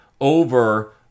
over